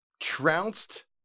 trounced